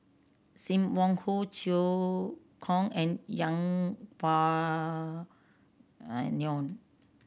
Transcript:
Sim Wong Hoo Cheow Tong and Yeng Pway Ngon